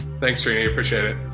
thanks, prini. i appreciate it.